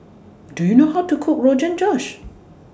Do YOU know How to Cook Rogan Josh